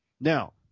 now